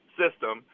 system